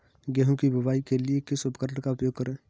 गेहूँ की बुवाई के लिए किस उपकरण का उपयोग करें?